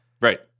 right